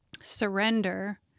surrender